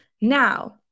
Now